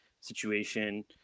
situation